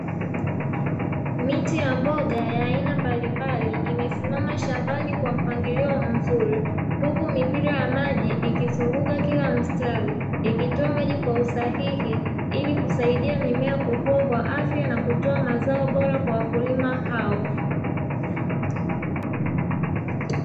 Miche ya mboga ya aina mbalimbali imesimama shambani kwa mpangilio mzuri huku mipira ya maji ikizunguka kila mstari, ikitoa maji kwa usahihi ili kusaidia mimea kukua kwa afya na kutoa mazao bora kwa wakulima hao.